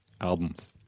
albums